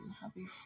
Happy